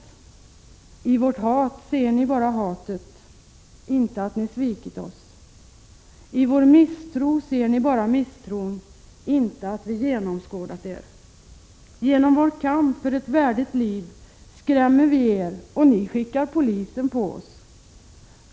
I vårt hat ser ni bara hatet, inte att ni svikit oss. I vår misstro ser ni bara misstron, inte att vi genomskådat er. Genom vår kamp för ett värdigt liv skrämmer vi er, och ni skickar polisen på oss.